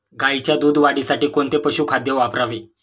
गाईच्या दूध वाढीसाठी कोणते पशुखाद्य वापरावे?